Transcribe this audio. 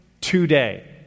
today